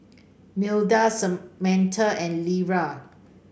Milda Samatha and Lera